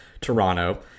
Toronto